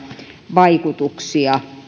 vaikutuksia